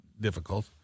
difficult